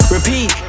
Repeat